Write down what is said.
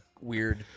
Weird